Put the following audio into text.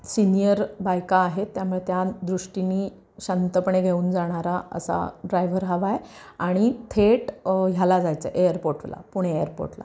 senior बायका आहेत त्यामुळे त्या दृष्टीने शांतपणे घेऊन जाणारा असा ड्रायव्हर हवा आहे आणि थेट ह्याला जायचं आहे एअरपोर्टला पुणे एअरपोर्टला